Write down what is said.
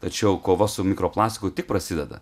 tačiau kova su mikroplasku tik prasideda